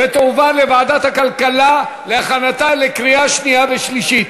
ותועבר לוועדת הכלכלה להכנתה לקריאה שנייה ושלישית.